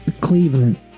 Cleveland